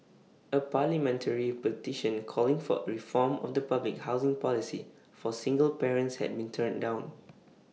A parliamentary petition calling for reform of the public housing policy for single parents has been turned down